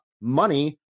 money